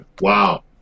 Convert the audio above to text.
Wow